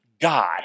God